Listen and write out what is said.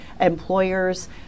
employers